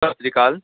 ਸਤਿ ਸ਼੍ਰੀ ਅਕਾਲ